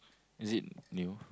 is it new